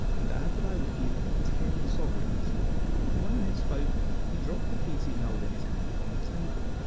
and add that i would give ten sovereigns but when i had spoken he dropped the piece he held in his hand upon the table,